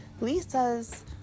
Lisa's